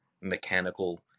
mechanical